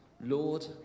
Lord